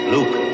Luke